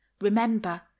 Remember